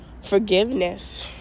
forgiveness